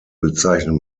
bezeichnet